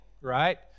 right